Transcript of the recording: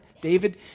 David